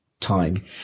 time